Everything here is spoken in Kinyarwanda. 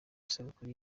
isabukuru